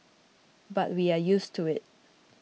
but we are used to it